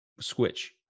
switch